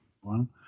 one